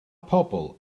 pobl